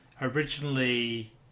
originally